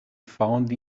found